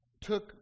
Took